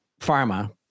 Pharma